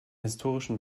historischen